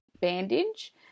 bandage